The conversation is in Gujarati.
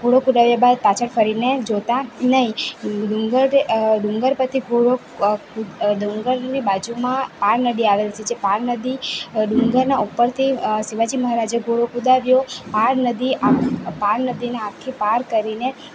ઘોડો કુદાવ્યા બાદ પાછળ ફરીને જોતાં નઈ ડુંગર ડુંગર પરથી ઘોડો ડુંગરની બાજુમાં પાર નદી આવેલ છે જે પાર નદી ડુંગરના ઉપરથી શિવાજી મહારાજે ઘોડો કુદાવ્યો પાર નદી પાર નદીને આખી પાર કરીને